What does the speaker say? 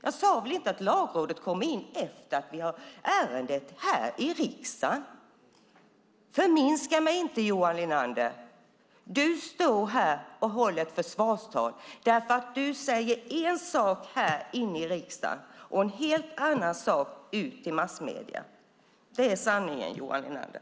Jag sade inte att Lagrådet kommer in efter att vi har ärendet här i riksdagen. Förminska mig inte, Johan Linander! Du står här och håller ett försvarstal därför att du säger en sak inne i riksdagen och en helt annan sak till massmedierna. Det är sanningen, Johan Linander.